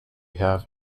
have